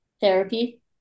therapy